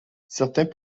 certains